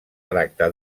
tracta